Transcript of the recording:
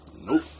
Nope